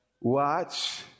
Watch